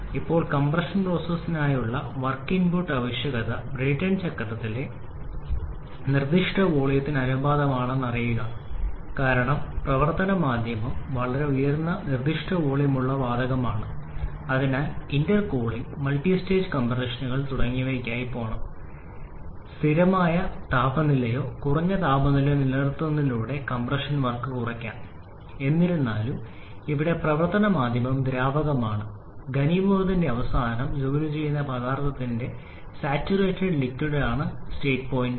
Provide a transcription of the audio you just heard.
ഇപ്പോൾ കംപ്രഷൻ പ്രോസസ്സിനായുള്ള work input ആവശ്യകത ബ്രേട്ടൺ ചക്രത്തിലെ നിർദ്ദിഷ്ട വോളിയത്തിനു ആനുപാതികമാണെന്ന് അറിയുക കാരണം പ്രവർത്തന മാധ്യമം വളരെ ഉയർന്ന നിർദ്ദിഷ്ട വോളിയo ഉള്ള വാതകമാണ് അതിനാൽ ഇന്റർകൂളിംഗ് മൾട്ടിസ്റ്റേജ് കംപ്രഷനുകൾ തുടങ്ങിയവയ്ക്കായി പോകണം സ്ഥിരമായ താപനിലയോ കുറഞ്ഞ താപനിലയോ നിലനിർത്തുന്നതിലൂടെ കംപ്രഷൻ വർക്ക് കുറയ്ക്കാം എന്നിരുന്നാലും ഇവിടെ പ്രവർത്തന മാധ്യമം ദ്രാവകമാണ് ഘനീഭവത്തിന്റെ അവസാനം ജോലി ചെയ്യുന്ന പദാർത്ഥത്തിന്റെ സാച്ചുറേറ്റഡ് ലിക്വിഡ് ആണ് സ്റ്റേറ്റ് പോയിന്റ് 3